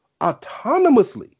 autonomously